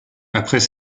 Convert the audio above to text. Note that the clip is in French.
après